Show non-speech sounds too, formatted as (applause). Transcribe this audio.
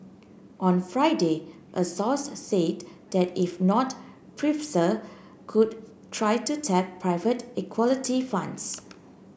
on Friday a source said that if not (unintelligible) could try to tap private equality funds